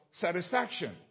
satisfaction